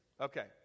Okay